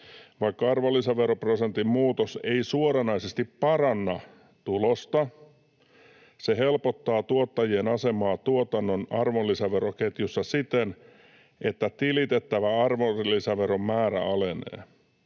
Vaikka arvonlisäveroprosentin muutos ei suoranaisesti paranna tulosta, se helpottaa tuottajien asemaa tuotannon arvonlisäveroketjussa siten, että tilitettävä arvonlisäveron määrä alenee.